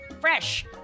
fresh